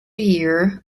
year